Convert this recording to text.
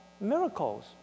miracles